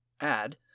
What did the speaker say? add